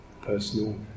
personal